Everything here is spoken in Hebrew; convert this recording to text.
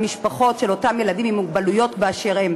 המשפחות של אותם ילדים עם מוגבלויות באשר הם.